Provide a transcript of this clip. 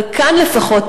אבל כאן לפחות,